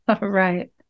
right